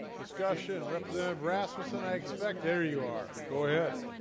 discussion representative rasmussen i expect there you are go ahead